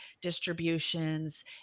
distributions